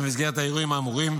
במסגרת האירועים האמורים,